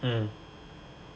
mm